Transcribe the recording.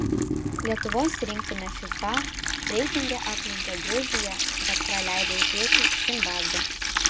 lietuvos rinktinė fifa reitinge aplenkė gruziją bet praleido į priekį zimbabvę